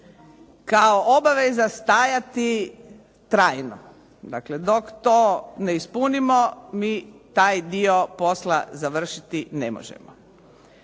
kao obaveza stajati trajno. Dakle, dok to ne ispunimo mi taj dio posla završiti ne možemo.